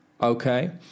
okay